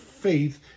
faith